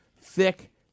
thick